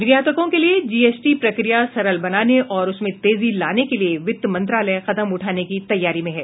निर्यातकों के लिए जीएसटी प्रक्रिया सरल बनाने और उसमें तेजी लाने के लिए वित्त मंत्रालय कदम उठाने की तैयारी में है